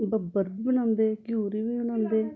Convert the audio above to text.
ते बबरू बी बनांदे कियूर बी बनांदे